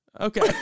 Okay